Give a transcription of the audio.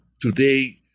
today